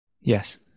Yes